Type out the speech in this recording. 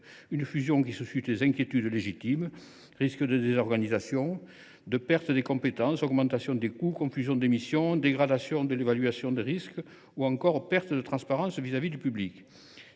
Cette fusion suscite des inquiétudes légitimes sur le risque de désorganisation, de perte des compétences, d’augmentation des coûts, de confusion des missions, de dégradation de l’évaluation des risques ou encore de perte de transparence vis à vis du public.